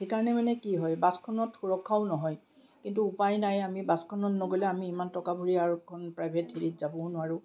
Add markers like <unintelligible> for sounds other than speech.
সেইকাৰণে মানে কি হয় বাছখনত সুৰক্ষাও নহয় কিন্তু উপায় নাই আমি বাছখনত নগ'লে আমি ইমান টকা ভৰি <unintelligible> প্ৰাইভেট গাড়ীত যাবও নোৱাৰোঁ